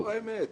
זאת האמת.